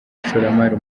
ishoramari